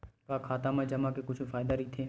का खाता मा जमा के कुछु फ़ायदा राइथे?